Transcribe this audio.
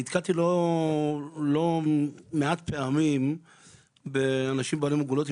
נתקלתי לא מעט פעמים באנשים בעלי מוגבלויות,